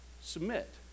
submit